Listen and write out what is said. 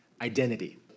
identity